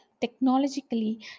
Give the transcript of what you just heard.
technologically